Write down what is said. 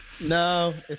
No